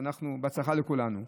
בהצלחה לכולנו.